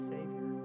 Savior